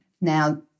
Now